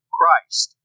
Christ